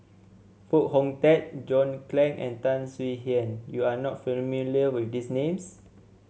Foo Hong Tatt John Clang and Tan Swie Hian you are not familiar with these names